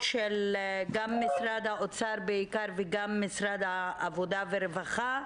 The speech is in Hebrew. של משרד האוצר וגם משרד העבודה והרווחה,